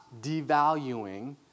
devaluing